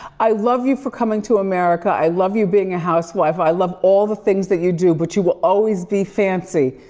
i love you for coming to america, i love you being a housewife, i love all the things that you do, but you will always be fancy